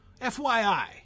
FYI